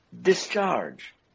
discharge